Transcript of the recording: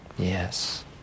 Yes